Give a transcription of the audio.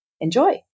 Enjoy